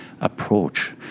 approach